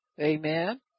amen